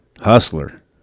Hustler